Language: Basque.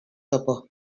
topo